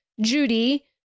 Judy